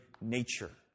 nature